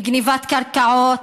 בגנבת קרקעות,